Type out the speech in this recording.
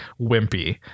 wimpy